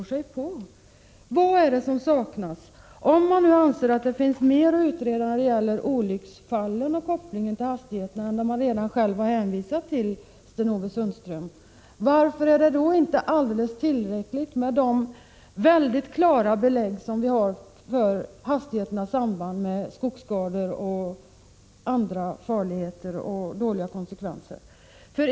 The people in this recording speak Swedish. Anser man att det finns behov av ytterligare utredning av sambandet mellan olycksfallen och hastigheterna än vad man redan själv har hänvisat till, Sten-Ove Sundström? Är det inte tillräckligt med de mycket klara belägg som vi har för sambandet mellan hastigheter och skogsskador och även andra negativa och farliga konsekvenser?